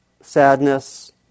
sadness